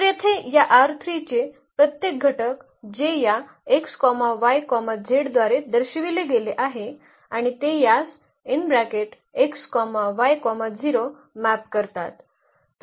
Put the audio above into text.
तर येथे या चे प्रत्येक घटक जे या x y z द्वारे दर्शविले गेले आहेत आणि ते यास x y 0 मॅप करतात